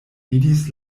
vidis